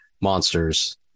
monsters